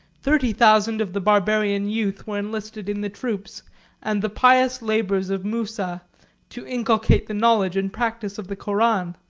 thirty thousand of the barbarian youth were enlisted in the troops and the pious labours of musa to inculcate the knowledge and practice of the koran,